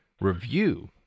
Review